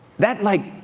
that, like,